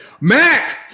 Mac